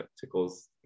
Tickle's